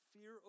Fear